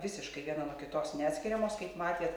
visiškai viena nuo kitos neatskiriamos kaip matėte